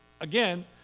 Again